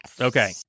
Okay